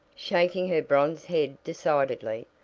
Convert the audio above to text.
shaking her bronze head decidedly.